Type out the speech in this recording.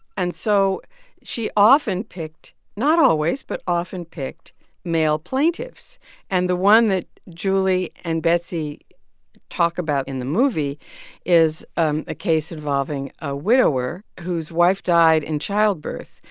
and so she often picked not always but often picked male plaintiffs and the one that julie and betsy talk about in the movie is um a case involving a widower whose wife died in childbirth.